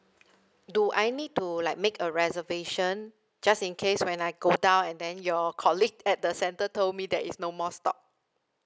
do I need to like make a reservation just in case when I go down and then your colleague at the center told me there is no more stock